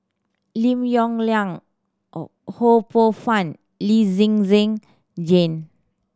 Lim Yong Liang Ho Poh Fun Lee Zhen Zhen Jane